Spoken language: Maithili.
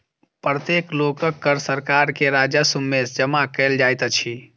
प्रत्येक लोकक कर सरकार के राजस्व में जमा कयल जाइत अछि